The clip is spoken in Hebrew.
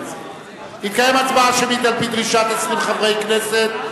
תתקיים הצבעה שמית על-פי דרישת 20 חברי כנסת.